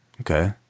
Okay